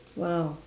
!wow!